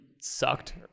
sucked